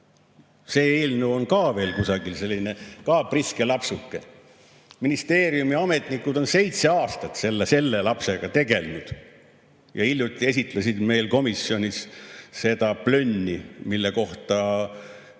See eelnõu on ka veel kusagil, selline ka priske lapsuke. Ministeeriumi ametnikud on seitse aastat selle lapsega tegelenud. Hiljuti esitlesid nad meile komisjonis seda plönni. Ei saa